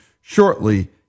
shortly